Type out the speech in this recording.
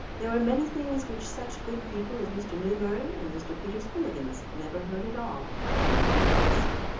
there were many things which such good people as mr. newberry and mr. peter spillikins never heard at all and never guessed.